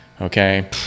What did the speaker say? okay